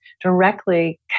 directly